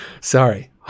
Sorry